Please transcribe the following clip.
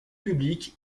publique